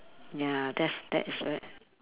ya that's that is right